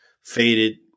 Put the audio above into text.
Faded